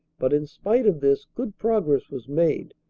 but in spite of this good progress was made,